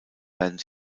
werden